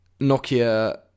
Nokia